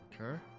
Okay